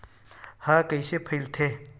ह कइसे फैलथे?